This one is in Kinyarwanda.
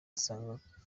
asanga